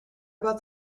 about